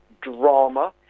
drama